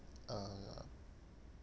uh